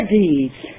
deeds